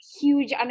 huge